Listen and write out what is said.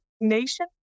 nation